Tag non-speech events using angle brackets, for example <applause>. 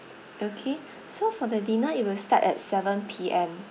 okay <breath> so for the dinner it will start at seven P_M